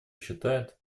считают